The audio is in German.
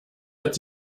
hat